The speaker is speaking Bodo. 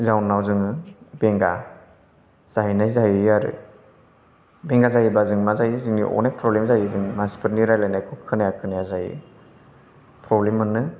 जाहोनाव जोङो बेंगा जाहैनाय जायो आरो बेंगा जायोबा जों मा जायो जोंनि अनेक प्रब्लेम जायो मानसिफोरनि रायज्लायनायखौ खोनाया खोनाया जायो प्रब्लेम मोनो